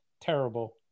terrible